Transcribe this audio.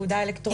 תעודה אלקטרונית.